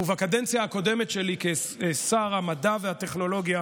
ובקדנציה הקודמת שלי כשר המדע והטכנולוגיה